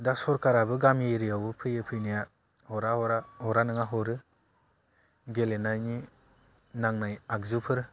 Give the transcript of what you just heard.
दा सरकाराबो गामि एरिया आवबो फैयो फैनाया हरा हरा हरा नङा हरो गेलेनायनि नांनाय आगजुफोर